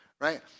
right